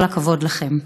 כל הכבוד לכם.